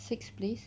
six place